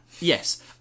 Yes